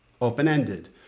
Open-ended